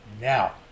now